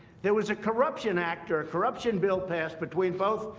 there was a corruption actor, a corruption bill passed between both,